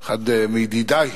אחד מידידי,